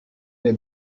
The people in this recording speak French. les